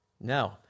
No